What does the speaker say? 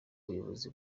buyobozi